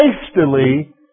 hastily